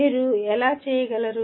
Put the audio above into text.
మీరు ఎలా చేయగలరు